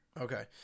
okay